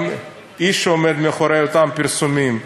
גם האיש שעומד מאחורי אותם פרסומים,